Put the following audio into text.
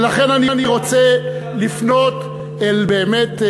ולכן אני רוצה לפנות אל באמת,